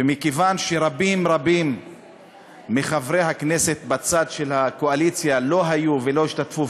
ומכיוון שרבים רבים מחברי הכנסת בצד של הקואליציה לא היו ולא השתתפו,